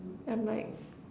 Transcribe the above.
I'm like